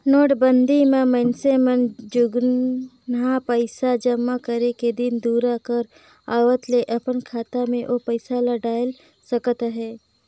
नोटबंदी म मइनसे मन जुनहा पइसा जमा करे के दिन दुरा कर आवत ले अपन खाता में ओ पइसा ल डाएल सकत अहे